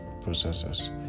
processes